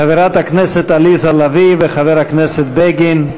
חברת הכנסת עליזה לביא וחבר הכנסת בגין.